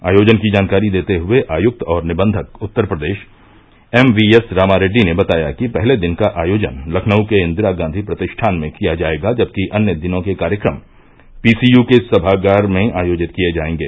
आयोजन की जानकारी देते हुए आयुक्त और निबंधक उत्तर प्रदेश एमवीएस रामारेड़डी बताया कि पहले दिन का आयोजन लखनऊ के इंदिरा गांधी प्रतिष्ठान में किया जाएगा जबकि अन्य दिनों के कार्यक्रम पीसीयू के सभागार में आयोजित किए जाएंगे